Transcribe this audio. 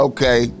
Okay